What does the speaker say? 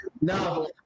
No